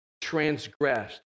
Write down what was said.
Transgressed